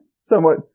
somewhat